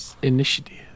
initiative